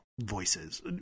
voices